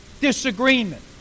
disagreement